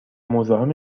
مزاحم